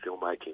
filmmaking